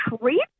creep